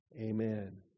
Amen